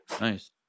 Nice